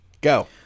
go